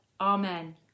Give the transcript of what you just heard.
Amen